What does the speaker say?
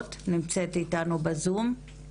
הסוהרות משב"ס נמצאת איתנו בזום.